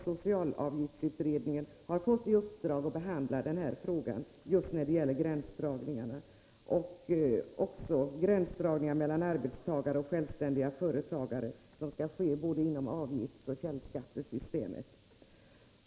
Socialavgiftsutredningen har fått i uppdrag att behandla frågan om dessa gränsdragningsproblem samt gränsdragningar mellan arbetstagare och självständiga företagare som måste ske inom både avgiftsoch källskattesystemet.